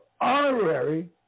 honorary